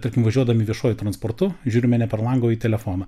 tarkim važiuodami viešuoju transportu žiūrime per langą o į telefoną